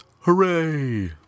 Hooray